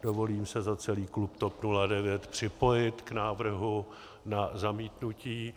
Dovolím si se za celý klub TOP 09 připojit k návrhu na zamítnutí.